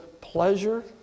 pleasure